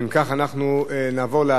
אנחנו נעבור להצבעה,